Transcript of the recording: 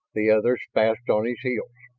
the others fast on his heels.